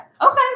okay